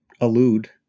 allude